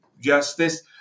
justice